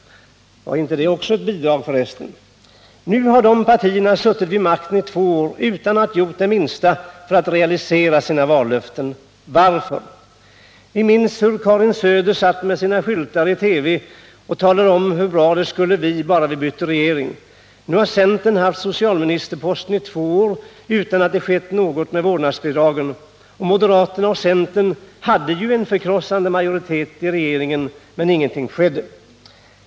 Var inte det också ett bidrag förresten? Nu har de partierna suttit vid makten i två år utan att ha gjort det minsta för att realisera sina vallöften. Varför? Vi minns hur Karin Söder satt med sina skyltar i TV och talade om hur bra det skulle bli bara vi bytte regering. Nu har centern haft socialministerposten i två år utan att något skett med vårdnadsbidragen. Moderaterna och centern hade ju en förkrossande majoritet i regeringen, men ingenting skedde.